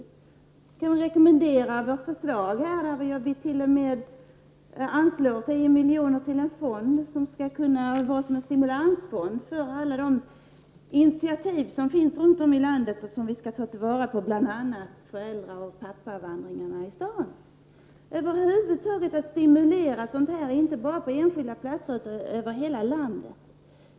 Jag kan också rekommendera vårt förslag på denna punkt, där vi t.o.m. anslår 10 milj.kr. till en fond som skall kunna tjäna som en stimulansfond för alla de initiativ som finns runt om i landet och som vi skall ta till vara, bl.a. föräldraoch pappavandringarna i Stockholm. Sådana initiativ bör över huvud taget stimuleras, inte bara på enskilda platser utan över hela landet.